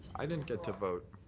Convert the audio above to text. i didn't get to vote.